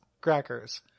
Crackers